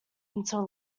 until